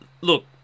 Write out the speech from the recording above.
look